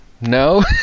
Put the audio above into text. no